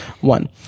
one